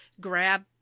grab